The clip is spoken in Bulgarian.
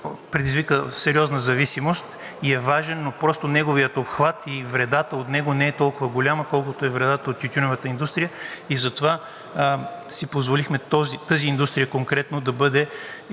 предизвиква сериозна зависимост и е важен, но просто неговият обхват и вредата от него не е толкова голяма, колкото е вредата от тютюневата индустрия. Затова си позволихме конкретно тази индустрия да бъде